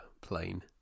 plane